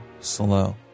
slow